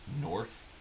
north